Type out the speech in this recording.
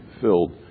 filled